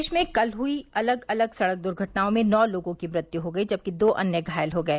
प्रदेश में कल हुई अलग अलग सड़क दुर्घटनाओं में नौ लोगों की मौत हो गई जबकि दो अन्य घायल हो गये